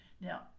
Now